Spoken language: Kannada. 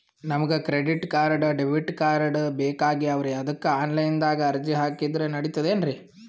ನಮಗ ಕ್ರೆಡಿಟಕಾರ್ಡ, ಡೆಬಿಟಕಾರ್ಡ್ ಬೇಕಾಗ್ಯಾವ್ರೀ ಅದಕ್ಕ ಆನಲೈನದಾಗ ಅರ್ಜಿ ಹಾಕಿದ್ರ ನಡಿತದೇನ್ರಿ?